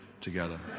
together